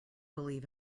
believe